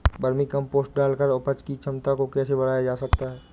Vermi compost डालकर उपज की क्षमता को कैसे बढ़ाया जा सकता है?